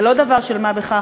זה לא דבר של מה בכך,